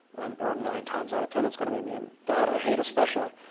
and or nine times out of ten it's going to be me, and that i hate, especially.